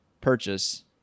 purchase